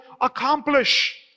accomplish